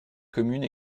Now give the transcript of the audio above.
communes